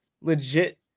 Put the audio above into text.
legit